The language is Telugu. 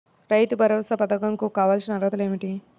రైతు భరోసా పధకం కు కావాల్సిన అర్హతలు ఏమిటి?